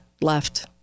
left